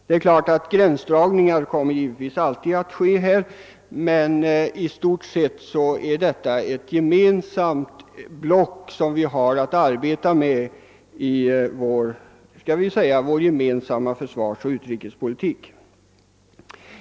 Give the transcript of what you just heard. Det är klart att gränsdragningar alltid kommer att ske här, men i stort sett är detta ett block som vi har att arbeta med i vår gemensamma försvarsoch utrikespolitik.